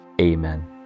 Amen